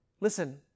listen